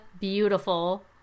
beautiful